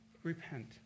Repent